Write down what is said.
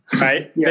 Right